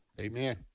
Amen